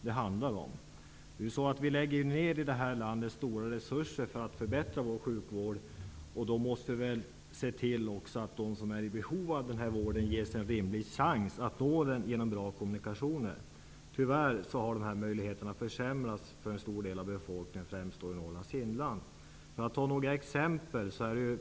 Vi anslår i vårt land stora resurser för att förbättra vår sjukvård, och vi måste då se till att de som är i behov av vård ges en rimlig chans att nå den genom utnyttjande av bra kommunikationer. Tyvärr har dessa möjligheter försämrats för en stor del av befolkningen, främst i Norrlands inland. Låt mig ge några exempel.